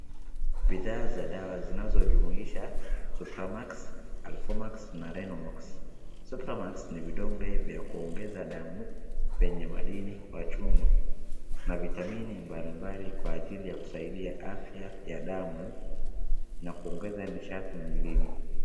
Bidhaa za dawa zinazojumuisha supramax , alfomax na renomax . Supramax ni vidonge vya kuongeza damu yenye madini ya chuma na vitamini mbalimbali kwa ajili ya kusaidia afya ya damu na kuongeza nishati mwilini.